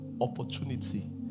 opportunity